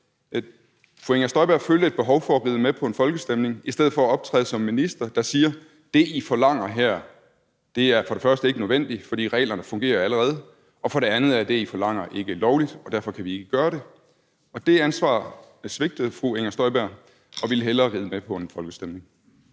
Fru Inger Støjberg følte et behov for at ride med på en folkestemning i stedet for at optræde som minister, der siger: Det, I forlanger her, er for det første ikke nødvendigt, for reglerne fungerer allerede, og for det andet er det, I forlanger, ikke lovligt, og derfor kan vi ikke gøre det. Det ansvar svigtede fru Inger Støjberg og ville hellere ride med på en folkestemning.